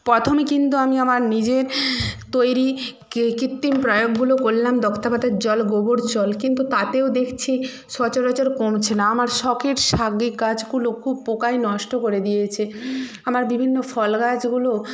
প্রথমে কিন্তু আমি আমার নিজের তৈরি কৃত্রিম প্রয়োগগুলো করলাম দক্তা পাতার জল গোবর জল কিন্তু তাতেও দেখছি সচরাচর কমছে না আমার শখের শাকের গাছগুলো খুব পোকায় নষ্ট করে দিয়েছে আমার বিভিন্ন ফল গাছগুলো